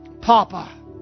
Papa